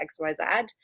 XYZ